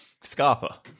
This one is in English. Scarpa